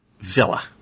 Villa